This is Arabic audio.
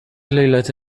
ليلة